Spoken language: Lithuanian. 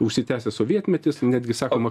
užsitęsęs sovietmetis netgi sakoma